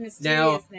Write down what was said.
Now